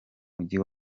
mujyi